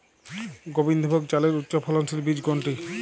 গোবিন্দভোগ চালের উচ্চফলনশীল বীজ কোনটি?